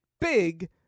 big